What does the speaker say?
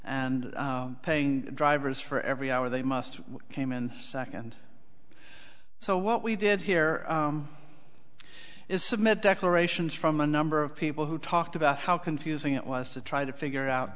and paying drivers for every hour they must came in second so what we did here is submit declarations from a number of people who talked about how confusing it was to try to figure out